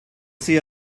see